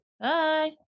Bye